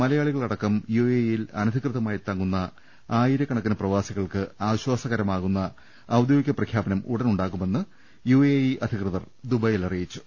മലയാളികളടക്കം U A ഇയിൽ അനധികൃതമായി തങ്ങുന്ന ആയിരക്കണക്കിന് പ്രവാസികൾക്ക് ആശ്ചാസകരമാകുന്ന ഔദ്യോഗിക പ്രഖ്യാപനം ഉടനെയുണ്ടാകുമെന്ന് യു എ ഇ അധികൃതർ ദുബായിൽ അറിയിച്ചു